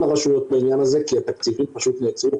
הרשויות בעניין הזה כי התקציבים פשוט נעצרו